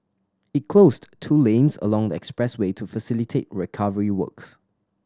it closed two lanes along the expressway to facilitate recovery works